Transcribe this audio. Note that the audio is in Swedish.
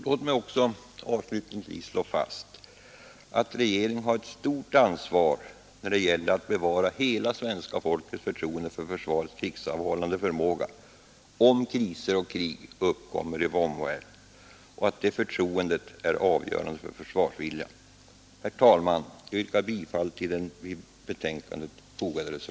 Låt mig också avslutningsvis slå fast att regeringen har ett stort ansvar när det gäller att bevara hela svenska folkets förtroende till försvarets krigsavhållande förmåga, om kriser och krig uppkommer i vår omvärld, och att det förtroendet är avgörande för försvarsviljan. Herr talman! Jag yrkar bifall till den vid betänkandet fogade